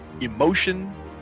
emotion